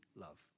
love